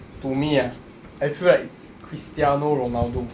to me ah I feel like it's cristiano ronaldo